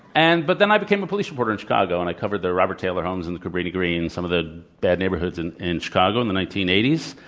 and but then i became a police reporter in chicago, and i covered the robert taylor homes and the cabrini-greens, some of the bad neighborhoods in in chicago in the nineteen eighty s.